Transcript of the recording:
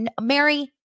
Mary